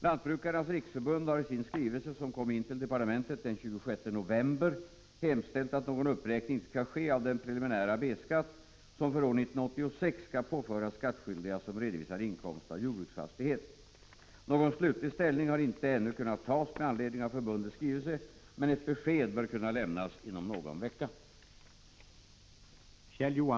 Lantbrukarnas riksförbund har i sin skrivelse som kom in till departementet den 26 november hemställt att någon uppräkning inte skall ske av den preliminära B-skatt som för år 1986 skall påföras skattskyldiga som redovisar inkomst av jordbruksfastighet. Någon slutlig ställning har inte ännu kunnat tas med anledning av förbundets skrivelse men ett besked bör kunna lämnas inom någon vecka.